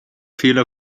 fehler